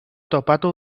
topatu